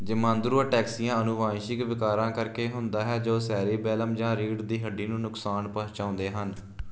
ਜਮਾਂਦਰੂ ataxia ਆਣੁਵਾਂਸ਼ਿਕ ਵਿਕਾਰਾਂ ਕਰਕੇ ਹੁੰਦਾ ਹੈ ਜੋ ਸੈਰੀਬੈਲਮ ਜਾਂ ਰੀੜ੍ਹ ਦੀ ਹੱਡੀ ਨੂੰ ਨੁਕਸਾਨ ਪਹੁੰਚਾਉਂਦੇ ਹਨ